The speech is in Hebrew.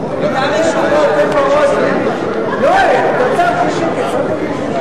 אבל מהטעות הזאת אפילו "סופר-טנקר" לא יציל אותנו,